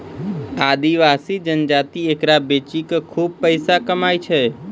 आदिवासी जनजाति एकरा बेची कॅ खूब पैसा कमाय छै